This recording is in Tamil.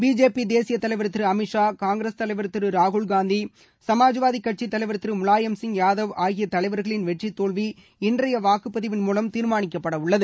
பிஜேபி தேசிய தலைவர் திரு அமித்ஷா காங்கிரஸ் தலைவர் திரு ராகுல்காந்தி சமாஜ்வாதி கட்சித் தலைவா் திரு முலாயம்சிங் யாதவ் ஆகிய தலைவா்களின் வெற்றித்தோல்வி இன்றைய வாக்குப்பதிவின் மூலம் தீர்மானிக்கப்பட உள்ளன